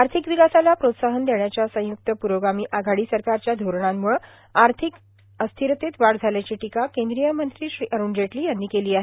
आर्थिक विकासाला प्रोत्साहन देण्याच्या संयुक्त पुरोगामी आघाडी सरकारच्या धोरणांमुळं आर्थिक अस्थिरतेत वाढ झाल्याची टीका केंद्रीय मंत्री श्री अरूण जेटली यांनी केली आहे